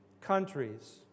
countries